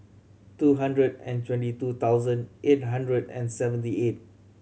two hundred and twenty two thousand eight hundred and seventy eight